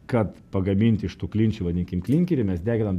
kad pagamint iš tų klinčių vadinkim klinkerį mes deginam